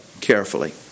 carefully